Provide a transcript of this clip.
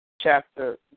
chapter